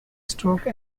stroke